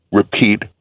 repeat